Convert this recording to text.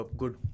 good